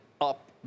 up